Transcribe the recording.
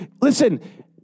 Listen